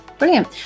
Brilliant